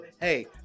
hey